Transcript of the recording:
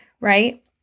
right